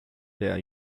der